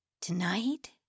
Tonight